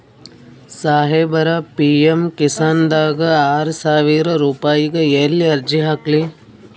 ಸಾಹೇಬರ, ಪಿ.ಎಮ್ ಕಿಸಾನ್ ದಾಗ ಆರಸಾವಿರ ರುಪಾಯಿಗ ಎಲ್ಲಿ ಅರ್ಜಿ ಹಾಕ್ಲಿ?